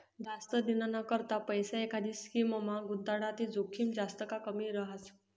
जास्त दिनना करता पैसा एखांदी स्कीममा गुताडात ते जोखीम जास्त का कमी रहास